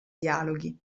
dialoghi